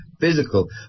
physical